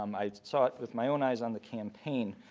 um i saw it with my own eyes on the campaign.